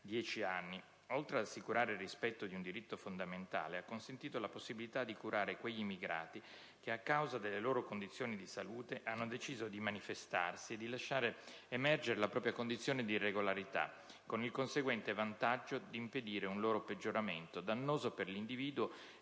anni), oltre ad assicurare il rispetto di un diritto fondamentale, ha consentito la possibilità di curare quegli immigrati che, a causa delle loro condizioni di salute, hanno deciso di manifestarsi e di lasciare emergere la propria condizione di irregolarità, con il conseguente vantaggio di impedire un loro peggioramento, dannoso per l'individuo